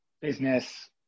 business